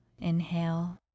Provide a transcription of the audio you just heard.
Inhale